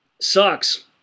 sucks